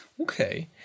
okay